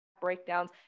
breakdowns